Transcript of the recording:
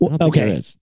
Okay